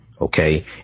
Okay